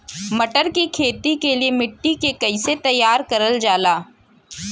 मटर की खेती के लिए मिट्टी के कैसे तैयार करल जाला?